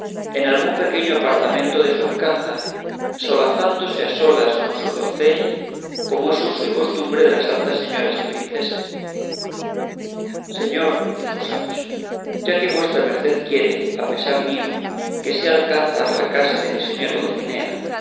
en algún pequeño apartamiento de su alcázar solazándose a solas con sus doncellas como es uso y costumbre de las altas señoras y princesas señor dijo sancho ya que vuestra merced quiere a pesar mío que sea alcázar la casa de mi señora dulcinea